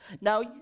Now